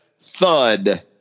thud